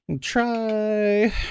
try